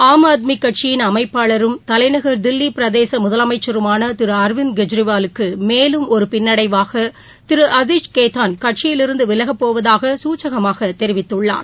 ஆம் ஆத்மி கட்சியிள் அமைப்பாளரும் தலைநகர் தில்லி பிரதேச முதலமைச்சருமான திரு அரவிந்த் கெஜ்ரிவாலுக்கு மேலும் ஒரு பின்னடைவாக திரு அஸிஷ் கேத்தாள் கட்சியிலிருந்து விலகப்போவதாக சூசகமாக தெரிவித்துள்ளார்